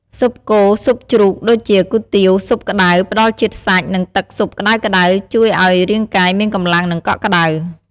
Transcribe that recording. ស៊ុបគោ ស៊ុបជ្រូក ដូចជា គុយទាវ ស៊ុបក្ដៅ ផ្តល់ជាតិសាច់ និងទឹកស៊ុបក្តៅៗ ជួយឱ្យរាងកាយមានកម្លាំង និងកក់ក្តៅ។